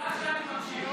בגלל שאני מקשיב,